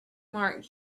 mark